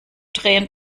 drehen